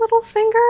Littlefinger